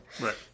right